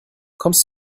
kommst